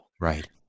Right